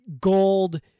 gold